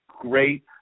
great